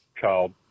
child